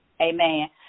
Amen